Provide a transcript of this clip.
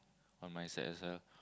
on my side as well